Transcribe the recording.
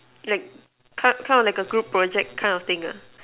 like kind kind of like a group project kind of thing ah